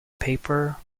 paper